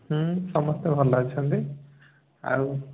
ହ୍ନୁ ସମସ୍ତେ ଭଲ ଅଛନ୍ତି ଆଉ